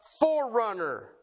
forerunner